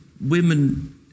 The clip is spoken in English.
women